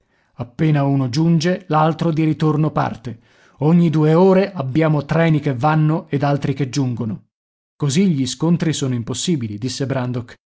appena uno giunge l'altro di ritorno parte ogni due ore abbiamo treni che vanno ed altri che giungono così gli scontri sono impossibili disse brandok